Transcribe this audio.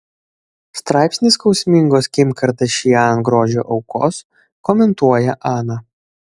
straipsnį skausmingos kim kardashian grožio aukos komentuoja ana